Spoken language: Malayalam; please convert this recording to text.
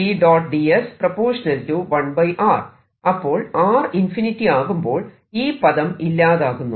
ds 1 r അപ്പോൾ r ഇൻഫിനിറ്റി ആകുമ്പോൾ ഈ പദം ഇല്ലാതാകുന്നു